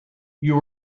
you